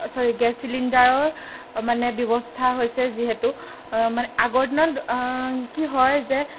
sorry gas চিলিণ্ডাৰৰ মানে ব্যৱস্থা হৈছে যিহেতু মানে আগৰ দিনত কি হয় যে